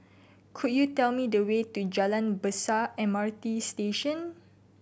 could you tell me the way to Jalan Besar M R T Station